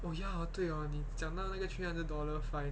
oh ya orh 对哦你讲到那个 three hundred dollar fine